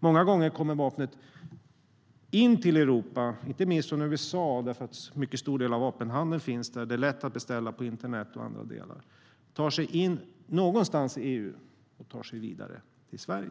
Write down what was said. Många gånger kommer vapnet in i Europa från USA eftersom en mycket stor del av vapenhandeln finns där. Det är lätt att beställa på internet. Vapnet kommer in någonstans i EU och förs vidare till Sverige